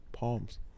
Palms